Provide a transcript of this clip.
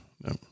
no